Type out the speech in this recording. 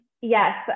Yes